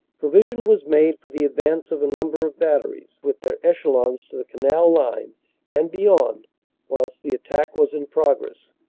pro vision was made for the advance of a number of batteries with their echelons to the canal line and beyond whilst the attack was in progress.